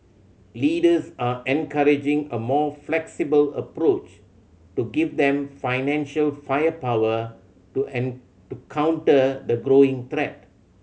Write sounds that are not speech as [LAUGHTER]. leaders are encouraging a more flexible approach to give them financial firepower to [UNINTELLIGIBLE] to counter the growing threat